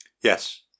Yes